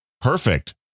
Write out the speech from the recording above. Perfect